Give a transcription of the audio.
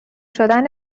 شدن